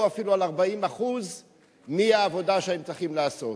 אפילו על 40% מהעבודה שהם צריכים לעשות.